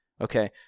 Okay